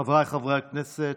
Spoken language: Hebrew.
חבריי חברי הכנסת,